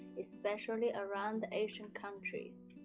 especially around asian countries.